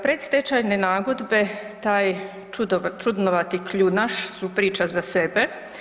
Predstečajne nagodbe, čaj čudnovati kljunaš su priča za sebe.